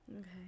okay